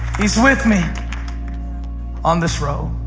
he's with me on this road.